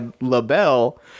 LaBelle